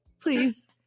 Please